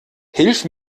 hilf